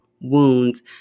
wounds